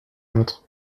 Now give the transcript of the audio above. montre